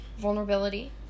vulnerability